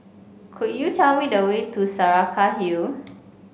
could you tell me the way to Saraca Hill